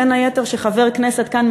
בין היתר שחבר כנסת כאן,